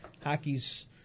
Hockey's